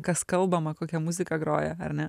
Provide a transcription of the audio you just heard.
kas kalbama kokia muzika groja ar ne